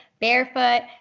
barefoot